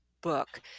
book